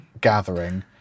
gathering